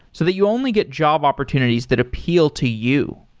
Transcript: so that you only get job opportunities that appeal to you.